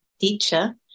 teacher